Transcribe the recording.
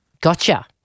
Gotcha